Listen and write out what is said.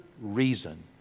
reason